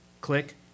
click